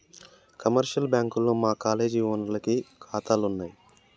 commercial బ్యాంకుల్లో మా college ఓనర్లకి కాతాలున్నయి